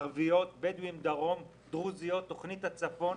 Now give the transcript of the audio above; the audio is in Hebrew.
ערביות, בדואיים דרום, דרוזיות, תכנית הצפון,